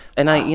and i, you